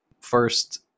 first